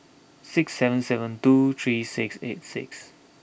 six seven seven two three six eight six